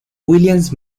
williams